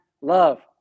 love